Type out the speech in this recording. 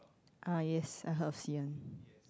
ah yes I heard of Xi-An